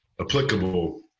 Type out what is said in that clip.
applicable